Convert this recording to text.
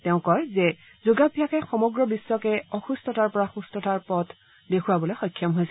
তেওঁ কয় যে যোগাভ্যাসে সমগ্ৰ বিশ্বকে অসূস্থতাৰ পৰা সুস্থতাৰ পথ দেখুৱাবলৈ সক্ষম হৈছে